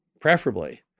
preferably